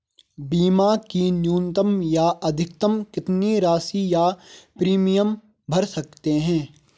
बीमा की न्यूनतम या अधिकतम कितनी राशि या प्रीमियम भर सकते हैं?